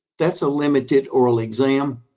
that's a limited oral exam.